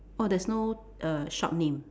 orh there's no shop err name